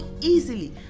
easily